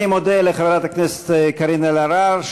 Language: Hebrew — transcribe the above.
אני מודה לחברת הכנסת קארין אלהרר,